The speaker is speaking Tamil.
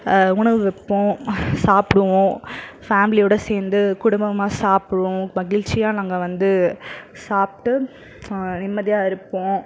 உணவு வைப்போம் சாப்பிடுவோம் ஃபேமிலியோடய சேர்ந்து குடும்பமாக சாப்பிடுவோம் மகிழ்ச்சியாக நாங்கள் வந்து சாப்பிட்டு நிம்மதியாக இருப்போம்